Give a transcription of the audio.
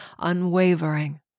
unwavering